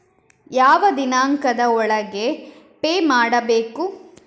ಯಾವ ದಿನಾಂಕದ ಒಳಗೆ ಪೇ ಮಾಡಬೇಕು?